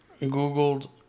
googled